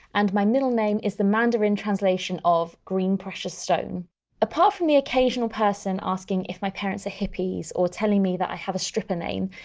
and my middle name is the mandarin translation of! green precious stone' apart from the occasional person asking if my parents are hippies, or telling me that i have a stripper name,